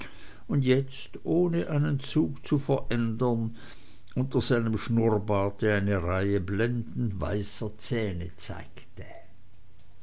und jetzt ohne einen zug zu verändern unter seinem schnurrbarte eine reihe blendend weißer zähne zeigte